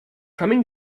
coming